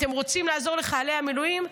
אתם רוצים לעזור לחיילי המילואים?